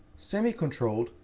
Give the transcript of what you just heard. semi-controlled,